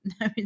no